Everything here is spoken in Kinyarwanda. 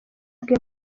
bwe